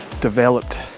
developed